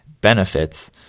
benefits